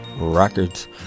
Records